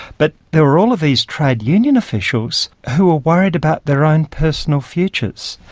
but there were all of these trade union officials who were worried about their own personal futures.